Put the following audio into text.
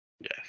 Yes